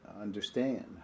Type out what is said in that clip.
understand